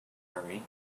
hurry